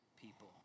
people